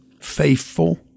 faithful